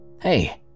Hey